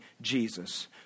Jesus